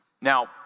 Now